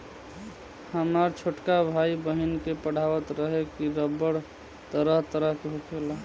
हामर छोटका भाई, बहिन के पढ़ावत रहे की रबड़ तरह तरह के होखेला